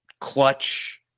clutch